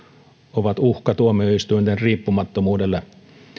ovat uhka tuomioistuinten riippumattomuudelle